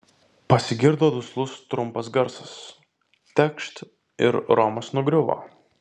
pasigirdo duslus trumpas garsas tekšt ir romas nugriuvo